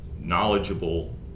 knowledgeable